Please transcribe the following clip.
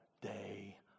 day